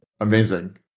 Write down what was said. Amazing